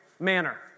manner